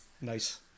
Nice